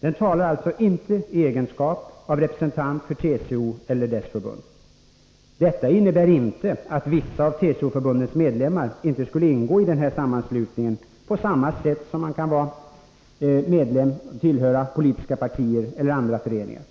Den talar alltså inte i egenskap av representant för TCO eller dess förbund. Detta innebär inte att vissa av TCO-förbundens medlemmar inte skulle ingå i denna sammanslutning på samma sätt som man kan tillhöra politiska partier eller andra föreningar.